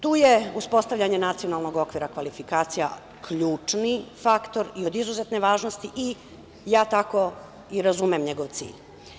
Tu je uspostavljanje Nacionalnog okvira kvalifikacija ključni faktor i od izuzetne važnosti i ja tako i razumem njegov cilj.